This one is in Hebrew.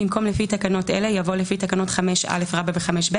במקום "לפי תקנות אלה" יבוא "לפי תקנות 5א ו-5ב".